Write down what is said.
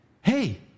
hey